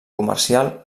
comercial